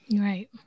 Right